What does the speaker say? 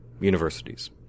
universities